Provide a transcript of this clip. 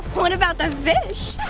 what about the fish?